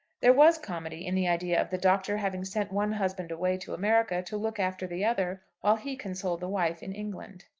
there was comedy in the idea of the doctor having sent one husband away to america to look after the other while he consoled the wife in england.